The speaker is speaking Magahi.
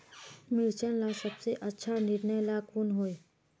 मिर्चन ला सबसे अच्छा निर्णय ला कुन होई?